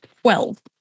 Twelve